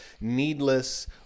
needless